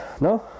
No